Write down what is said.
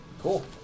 Cool